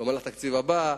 במהלך התקציב הבא.